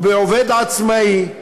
ובעובד עצמאי,